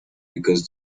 because